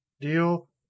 deal